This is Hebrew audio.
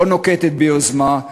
לא נוקטת יוזמה.